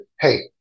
hey